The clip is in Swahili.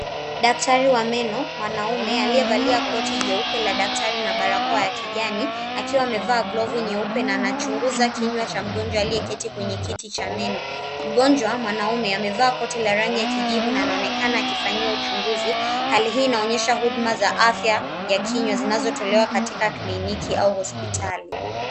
Daktari wa meno mwanaume aliyevalia koti jeupe la daktari na barakoa ya kijani akiwa amevaa glovu nyeupe na anachunguza kinywa cha mgonjwa aliyeketi kwenye kiti cha meno. Mgonjwa mwanaume amevaa koti la rangi ya kijivu na anaonekana akifanyiwa uchunguzi. Hali hii inaonyesha huduma za afya za kinywa zinazotolewa katika kliniki au hospitali.